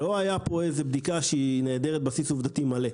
לא הייתה פה איזו בדיקה שהיא נעדרת בסיס עובדתי מלא.